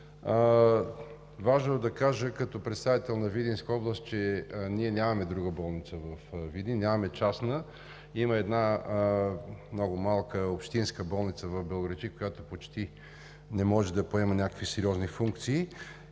Важно е да кажа като представител на Видинска област, че нямаме друга болница във Видин – нямаме частна, има една много малка общинска болница в Белоградчик, която почти не може да поема някакви сериозни функции,